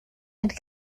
had